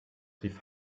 rief